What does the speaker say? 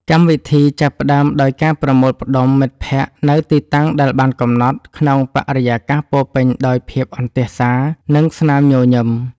កម្មវិធីចាប់ផ្ដើមដោយការប្រមូលផ្ដុំមិត្តភក្តិនៅទីតាំងដែលបានកំណត់ ក្នុងបរិយាកាសពោរពេញដោយភាពអន្ទះសារ និងស្នាមញញឹម។